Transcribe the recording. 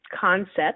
concept